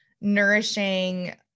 nourishing